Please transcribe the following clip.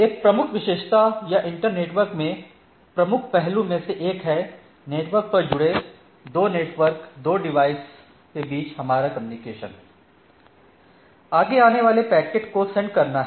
एक प्रमुख विशेषता या इंटरनेटवर्क में प्रमुख पहलू में से एक है नेटवर्क पर जुड़े 2 नेटवर्क 2 डिवाइस के बीच हमारा कम्युनिकेशन आगे आने वाले पैकेट को सेंड करना है